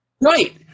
Right